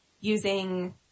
using